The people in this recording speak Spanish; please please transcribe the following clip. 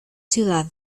ciudad